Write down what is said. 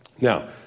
Now